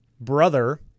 brother